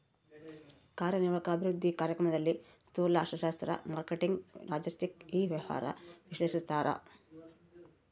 ಕಾರ್ಯನಿರ್ವಾಹಕ ಅಭಿವೃದ್ಧಿ ಕಾರ್ಯಕ್ರಮದಲ್ಲಿ ಸ್ತೂಲ ಅರ್ಥಶಾಸ್ತ್ರ ಮಾರ್ಕೆಟಿಂಗ್ ಲಾಜೆಸ್ಟಿಕ್ ಇ ವ್ಯವಹಾರ ವಿಶ್ಲೇಷಿಸ್ತಾರ